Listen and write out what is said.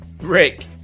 rick